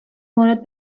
مورد